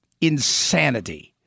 insanity